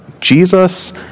Jesus